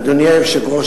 אדוני היושב-ראש,